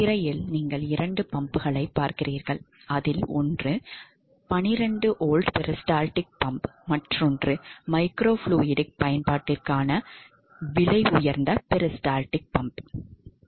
திரையில் நீங்கள் இரண்டு பம்புகள் ஒரு 12 வோல்ட் பெரிஸ்டால்டிக் பம்ப் மற்றும் மைக்ரோஃப்ளூய்டிக் பயன்பாட்டிற்கான மற்றொரு விலையுயர்ந்த பெரிஸ்டால்டிக் பம்ப் ஆகியவற்றைக் காணலாம்